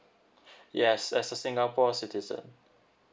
yes as a singapore citizen